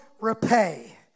repay